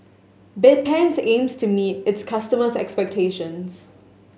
bedpans aims to meet its customers' expectations